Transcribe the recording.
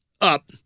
up